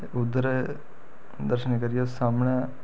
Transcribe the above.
ते उद्धर दर्शन करियै सामनै